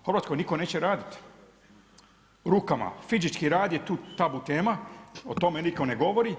U Hrvatskoj nitko neće raditi rukama, fizički rad je tabu tema o tome niko ne govori,